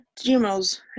GMOs